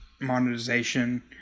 monetization